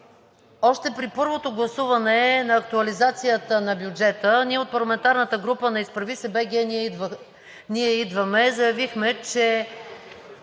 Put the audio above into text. Още при първото гласуване на актуализацията на бюджета ние от парламентарната група на „Изправи се БГ! Ние идваме!“ заявихме, че